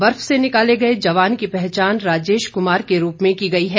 बर्फ से निकाले गए जवान की पहचान राजेश कुमार के रूप में की गई है